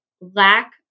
lack